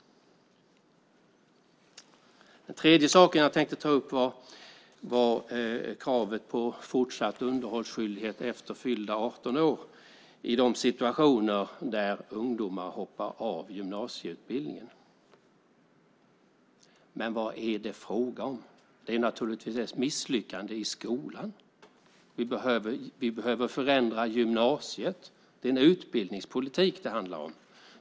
Den tredje saken jag tänkte ta upp var kravet på fortsatt underhållsskyldighet efter fyllda 18 år i de situationer där ungdomar hoppar av gymnasieutbildningen. Men vad är det fråga om? Det är naturligtvis ett misslyckande i skolan. Vi behöver förändra gymnasiet. Det är utbildningspolitik det handlar om.